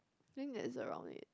think that's around it